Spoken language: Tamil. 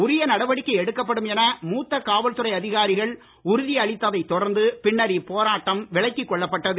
உரிய நடவடிக்கை எடுக்கப்படும் என மூத்த காவல்துறை அதிகாரிகள் உறுதி அளித்ததை தொடர்ந்து பின்னர் இப்போராட்டம் விலக்கிக் கொள்ளப்பட்டது